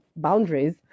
boundaries